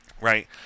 Right